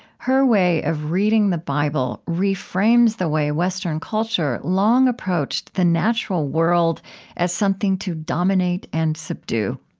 her way of reading the bible reframes the way western culture long approached the natural world as something to dominate and subdue.